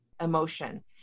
emotion